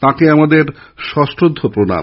তাঁকে আমাদের সশ্রদ্ধ প্রনাম